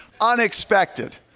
Unexpected